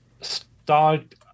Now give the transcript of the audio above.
start